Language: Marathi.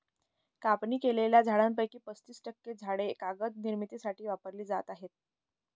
कापणी केलेल्या झाडांपैकी पस्तीस टक्के झाडे कागद निर्मितीसाठी वापरली जात आहेत